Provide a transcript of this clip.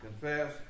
confess